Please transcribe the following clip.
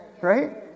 Right